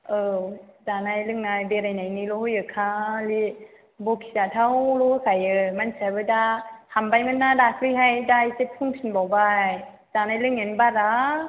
औ जानाय लोंनाय बेरायनायनिल' होयो खालि बखिजाथावल' होखायो मानसियाबो दा हामबायमोनना दाख्लिहाय दा इसे फुंफिन बावबाय जानाय लोंनायानो बारा